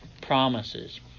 promises